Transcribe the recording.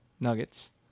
Nuggets